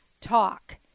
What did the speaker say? talk